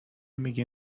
میگی